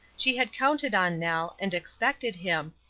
she had counted on nell, and expected him,